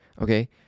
okay